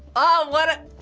oh what a,